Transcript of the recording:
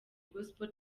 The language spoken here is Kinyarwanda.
gospel